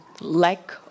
lack